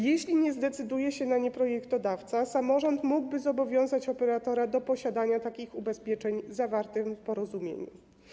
Jeśli nie zdecyduje się na nie projektodawca, samorząd mógłby zobowiązać operatora do posiadania takich ubezpieczeń w zawartym porozumieniu.